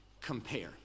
compare